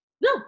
No